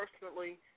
personally